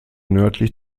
nördlich